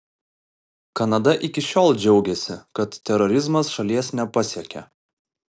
kanada iki šiol džiaugėsi kad terorizmas šalies nepasiekia